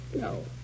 No